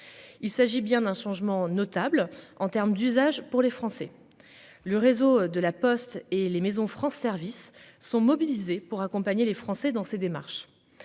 Il s'agit bien d'un changement notable en terme d'usage pour les Français. Le réseau de la Poste et les maisons France services sont mobilisés pour accompagner les Français dans ses démarches.